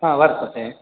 हा वर्तते